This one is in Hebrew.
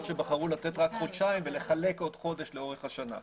שבחרו לתת רק חודשיים ולחלק עוד חודש לאורך השנה?